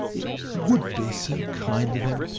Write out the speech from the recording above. it would be so kind of him!